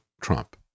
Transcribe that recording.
Trump